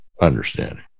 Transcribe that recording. understanding